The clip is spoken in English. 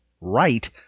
right